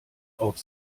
auf